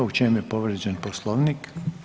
U čemu je povrijeđen poslovnik?